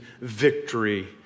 victory